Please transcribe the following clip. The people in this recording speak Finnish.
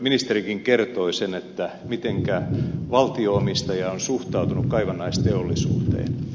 ministerikin kertoi sen miten valtio omistaja on suhtautunut kaivannaisteollisuuteen